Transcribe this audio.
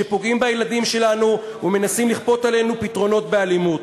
שפוגעים בילדים שלנו ומנסים לכפות עלינו פתרונות באלימות.